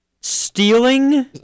stealing